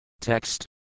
Text